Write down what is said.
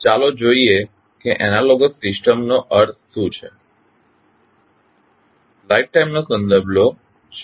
ચાલો જોઈએ કે એનાલોગસ સિસ્ટમનો અર્થ શું છે